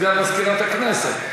סגן מזכירת הכנסת.